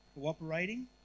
cooperating